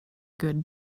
good